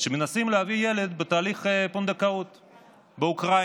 שמנסים להביא ילד בתהליך פונדקאות באוקראינה,